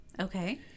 Okay